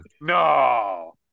No